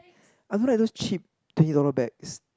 I don't like those cheap twenty dollar bags